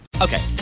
Okay